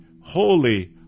holy